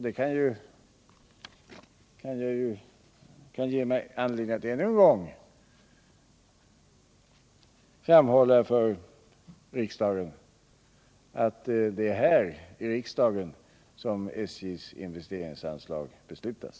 Detta kan ge mig anledning att ännu en gång framhålla för riksdagen att det är här i riksdagen som SJ:s investeringsanslag beslutas.